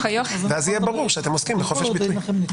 ואז יהיה ברור שאתם עוסקים בחופש ביטוי.